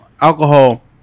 Alcohol